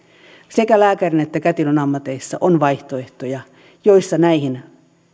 sekä lääkärin että kätilön ammateissa on vaihtoehtoja joissa näihin